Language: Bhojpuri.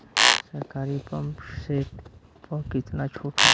सरकारी पंप सेट प कितना छूट हैं?